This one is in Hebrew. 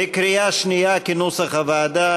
בקריאה שנייה, כנוסח הוועדה.